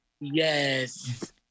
Yes